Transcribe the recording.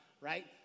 right